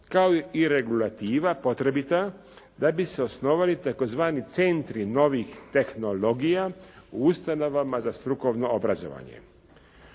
kao i regulativa potrebita da bi se osnovali tzv. centri novih tehnologija u ustanovama za strukovno obrazovanje.